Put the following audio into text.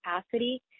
capacity